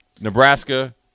Nebraska